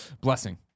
Blessing